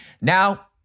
Now